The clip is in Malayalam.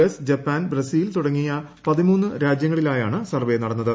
എസ് ജപ്പാൻ ബ്രസീൽ തുടങ്ങിയ പതിമൂന്ന് രാജ്യങ്ങളിലായാണ് ് സർവ്വെ നടന്നത്